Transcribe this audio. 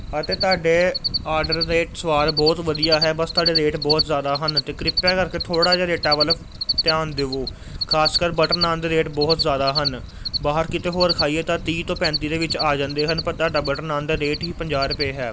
ਅਤੇ ਤੁਹਾਡੇ ਔਡਰ ਦੇ ਸਵਾਦ ਬਹੁਤ ਵਧੀਆ ਹੈ ਬਸ ਤੁਹਾਡੇ ਰੇਟ ਬਹੁਤ ਜ਼ਿਆਦਾ ਹਨ ਅਤੇ ਕ੍ਰਿਪਾ ਕਰ ਕੇ ਥੋੜ੍ਹਾ ਜਿਹਾ ਰੇਟਾਂ ਵੱਲ ਧਿਆਨ ਦੇਵੋ ਖ਼ਾਸ ਕਰ ਬਟਰ ਨਾਨ ਦੇ ਰੇਟ ਬਹੁਤ ਜ਼ਿਆਦਾ ਹਨ ਬਾਹਰ ਕਿਤੇ ਹੋਰ ਖਾਈਏ ਤਾਂ ਤੀਹ ਤੋਂ ਪੈਂਤੀ ਦੇ ਵਿੱਚ ਆ ਜਾਂਦੇ ਹਨ ਪਰ ਤੁਹਾਡਾ ਬਟਰ ਨਾਨ ਦਾ ਰੇਟ ਹੀ ਪੰਜਾਹ ਰੁਪਏ ਹੈ